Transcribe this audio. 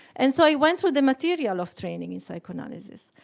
and so i went through the material of training in psychoanalysis.